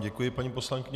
Děkuji vám, paní poslankyně.